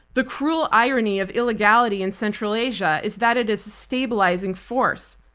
the cruel irony of illegality in central asia is that it is a stabilizing force.